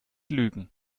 lügen